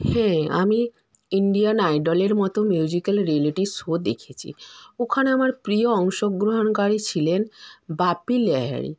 হ্যাঁ আমি ইন্ডিয়ান আইডলের মতো মিউজিকাল রিলেটিভ শো দেখেছি ওখানে আমার প্রিয় অংশগ্রহণকারী ছিলেন বাপি লাহিরি